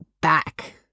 back